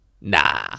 Nah